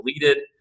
deleted